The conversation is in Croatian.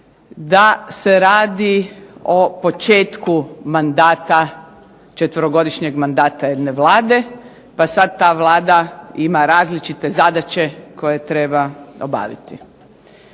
da se radi o početku mandata četverogodišnjeg mandata jedne Vlade, pa sad ta Vlada ima različite zadaće koje treba obaviti.